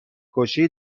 کشی